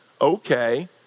okay